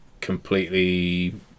completely